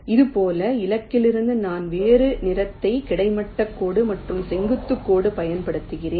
இதேபோல் இலக்கிலிருந்து நான் வேறு நிறத்தை கிடைமட்ட கோடு மற்றும் செங்குத்து கோடு பயன்படுத்துகிறேன்